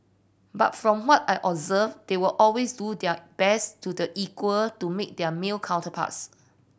but from what I observed they will always do their best to the equal to make their male counterparts